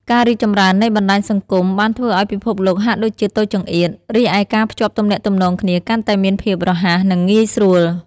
ការរីកចម្រើននៃបណ្ដាញសង្គមបានធ្វើឲ្យពិភពលោកហាក់ដូចជាតូចចង្អៀត រីឯការភ្ជាប់ទំនាក់ទំនងគ្នាកាន់តែមានភាពរហ័ស និងងាយស្រួល។